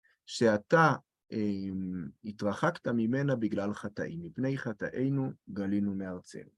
שאתה התרחקת ממנה בגלל חטאים, מפני חטאינו גלינו מארצנו.